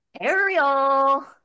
Ariel